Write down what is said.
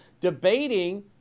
debating